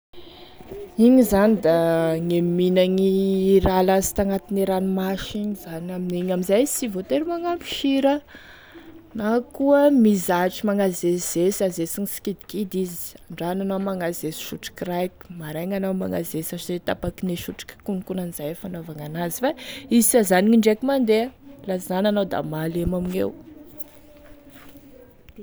Igny zany da gne minagny e raha lasta anatigne ranomasy igny zany amign'iny amin'izay sy voatery magnampy sira, na koa mizatra magnazesizesy, azesigny sikidikidy izy androany anao magnazesy sotroky raiky, maraigny anao magnazesy tapiky ne sotroky akonany akonan'izay e fanaovagny an'azy fa izy sy hazanogny indraiky mandeha, laha sy izany anao da malemy amigneo.